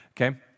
okay